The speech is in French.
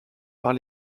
par